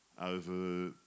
over